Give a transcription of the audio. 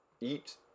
eat